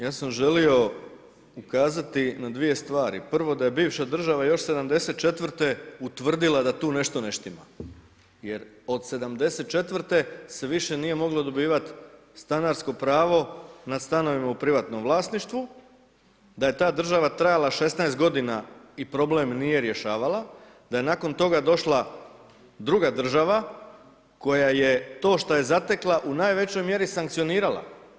Ja sam želio ukazati na dvije stvari, prvo da je bivša država još '74. utvrdila da tu nešto ne štima jer od '74. se više nije moglo dobivati stanarsko pravo nad stanovima u privatnom vlasništvu, da je ta država trajala 16 godina i problem nije rješavala, da je nakon toga došla druga država koja je to što je zatekla u najvećoj mjeri sankcionirala.